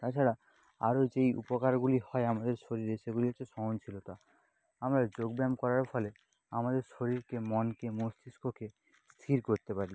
তাছাড়া আরও যেই উপকারগুলি হয় আমাদের শরীরে সেগুলি হচ্ছে সহনশীলতা আমরা যোগব্যায়াম করার ফলে আমাদের শরীরকে মনকে মস্তিষ্ককে স্থির করতে পারি